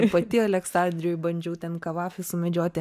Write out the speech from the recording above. ir pati aleksandrijoj bandžiau ten kavafį sumedžioti